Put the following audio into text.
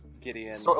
Gideon